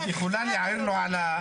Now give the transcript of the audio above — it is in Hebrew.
את יכולה להעיר לו על השפה הזאת?